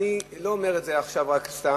ואני לא אומר את זה עכשיו סתם,